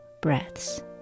breaths